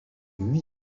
huit